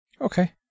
Okay